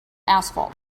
asphalt